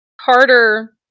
Carter